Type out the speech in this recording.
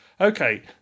Okay